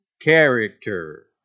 CHARACTER